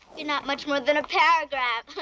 you're not much more than a paragraph.